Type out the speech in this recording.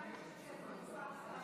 אני לא מוכנה להשתתף בפארסה הזאת.